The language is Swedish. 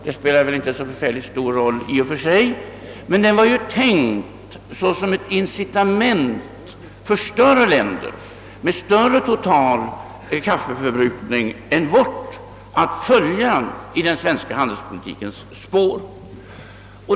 Det spelar väl inte så stor roll i och för sig, men åtgärden var tänkt som ett incitament för länder med större total kaffeförbrukning än vår att följa i den svenska handelspolitikens spår.